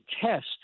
test